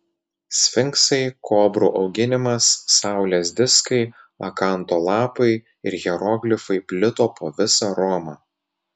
sfinksai kobrų auginimas saulės diskai akanto lapai ir hieroglifai plito po visą romą